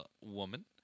woman